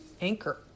anchor